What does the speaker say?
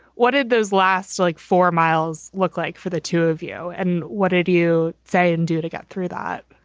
what did those last like four miles look like for the two of you? and what did you say and do to get through that?